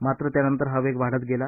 मात्र त्यानंतर हा वेग वाढत गेला